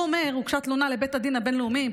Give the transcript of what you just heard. הוא אומר שהוגשה תלונה לבית הדין הבין-לאומי,